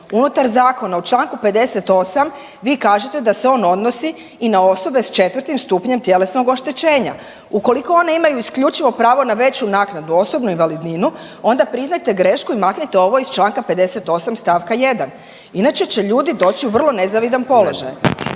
unutar zakona. U Članku 58. vi kažete da se on odnosi i na osobe s 4 stupnjem tjelesnog oštećenja. Ukoliko one imaju isključivo pravo na veću naknadu, osobnu invalidninu onda priznajte grešku i maknite ovo ih Članka 58. stavka 1., inače će ljudi doći u vrlo nezavidan položaj.